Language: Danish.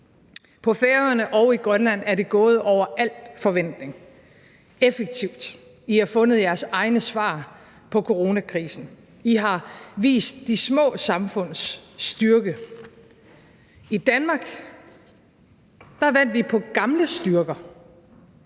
På Færøerne og i Grønland er det gået over al forventning, effektivt. I har fundet jeres egne svar på coronakrisen. I har vist de små samfunds styrke. Kl. 09:07 I Danmark vandt vi på gamle styrker